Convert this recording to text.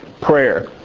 prayer